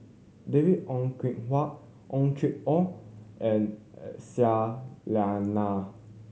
David Ong Kim Huat Ong Chim Or and Aisyah Lyana